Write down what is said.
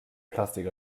plastik